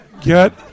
get